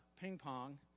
ping-pong